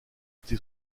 été